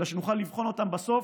אלא שנוכל לבחון אותן בסוף